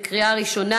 לקריאה ראשונה.